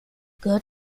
gehört